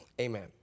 Amen